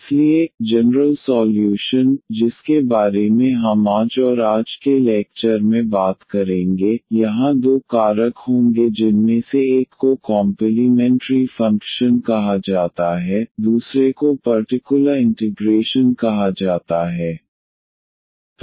इसलिए general solution जिसके बारे में हम आज और आज के लेक्चर में बात करेंगे यहां दो कारक होंगे जिनमें से एक को कॉम्पलीमेंट्री फंक्शन कहा जाता है दूसरे को पर्टिकुलर इंटिग्रेशन कहा जाता है